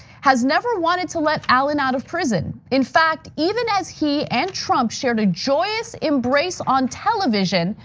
has never wanted to let allen out of prison. in fact, even as he and trump shared a joyous embrace on television,